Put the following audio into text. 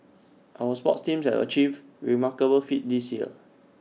our sports teams have achieved remarkable feats this year